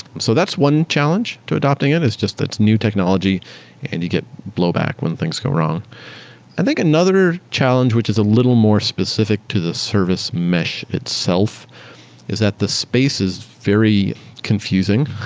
so that's one challenge to adopting it. it's just it's new technology and you get blowback when things go wrong i think another challenge which is a little more specific to the service mesh itself is that the space is very confusing.